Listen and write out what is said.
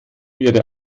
ihre